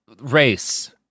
race